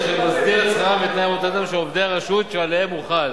אשר מסדיר את שכרם ותנאי עבודתם של עובדי הרשות שעליהם הוא חל.